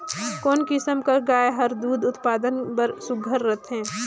कोन किसम कर गाय हर दूध उत्पादन बर सुघ्घर रथे?